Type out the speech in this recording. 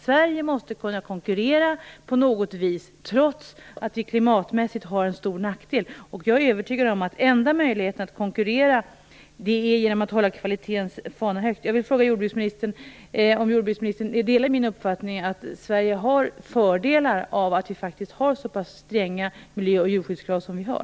Sverige måste på något vis kunna konkurrera trots att vi klimatmässigt har en stor nackdel. Jag är övertygad om att den enda möjligheten att konkurrera är att hålla kvalitetens fana högt. Jag vill fråga jordbruksministern: Delar jordbruksministern min uppfattning att Sverige har fördelar av att vi faktiskt har så pass stränga miljö och jordbrukskrav som vi har?